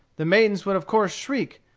the maidens would of course shriek.